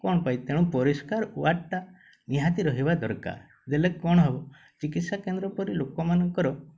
କ'ଣ ପାଇଁ ତେଣୁ ପରିଷ୍କାର ୱାର୍ଡ଼ଟା ନିହାତି ରହିବା ଦରକାର ଦେଲେ କ'ଣ ହେବ ଚିକିତ୍ସା କେନ୍ଦ୍ର ପରି ଲୋକମାନଙ୍କର